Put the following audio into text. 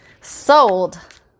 sold